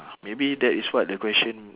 maybe that is what the question